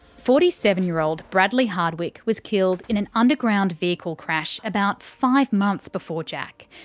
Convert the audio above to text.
forty seven year old bradley hardwick was killed in an underground vehicle crash about five months before jack.